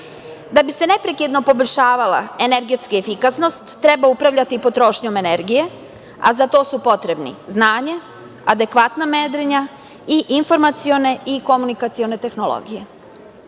bi se neprekidno poboljšavala energetska efikasnost treba upravljati potrošnjom energije, a za to su potrebni, znanje, adekvatna merenja i informacione i komunikacione tehnologije.